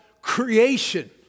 creation